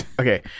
okay